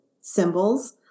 symbols